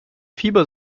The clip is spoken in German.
fieber